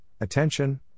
attention